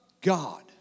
God